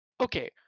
okay